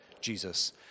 Jesus